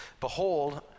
behold